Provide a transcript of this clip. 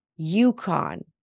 UConn